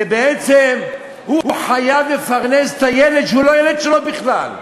ובעצם הוא חייב לפרנס את הילד שהוא לא ילד שלו בכלל,